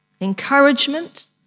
encouragement